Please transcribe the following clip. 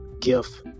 gift